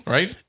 Right